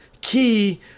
key